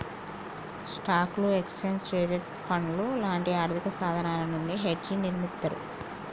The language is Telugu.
స్టాక్లు, ఎక్స్చేంజ్ ట్రేడెడ్ ఫండ్లు లాంటి ఆర్థికసాధనాల నుండి హెడ్జ్ని నిర్మిత్తర్